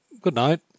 good-night